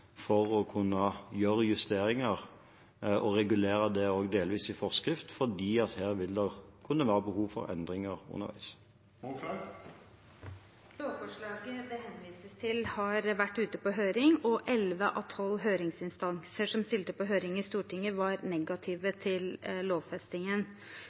for å kunne gjøre justeringer, og også regulere det delvis i forskrift, fordi det her vil kunne være behov for endringer underveis. Lovforslaget det henvises til, har vært ute på høring, og elleve av tolv høringsinstanser som stilte på høring i Stortinget, var